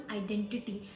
identity